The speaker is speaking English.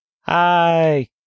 Hi